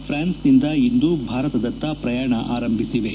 ಫ್ರಾನ್ಸ್ನಿಂದ ಇಂದು ಭಾರತದತ್ತ ಪ್ರಯಾಣ ಆರಂಭಿಸಿವೆ